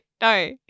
no